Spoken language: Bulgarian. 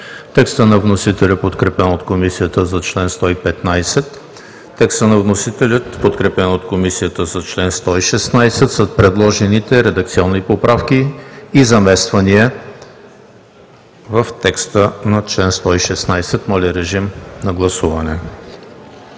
текста на вносителя, подкрепен от Комисията за чл. 115; текста на вносителя, подкрепен от Комисията, за чл. 116 с предложените редакционни поправки и замествания в текста на чл. 116. Гласували